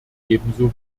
ebenso